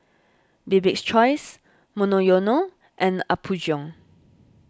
Bibik's Choice Monoyono and Apgujeong